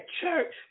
church